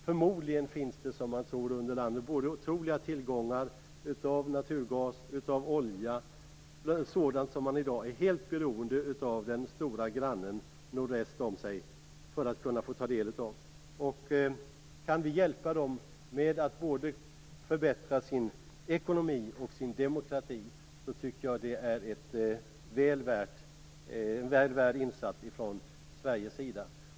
Förmodligen finns det i landet otroliga tillgångar av naturgas, olja och sådant som man i dag är helt beroende av den stora grannen nordväst om sig för att kunna få ta del av. Om vi kan hjälpa Mongoliet med att förbättra både sin ekonomi och sin demokrati tycker jag att det är en lovvärd insats från Sveriges sida.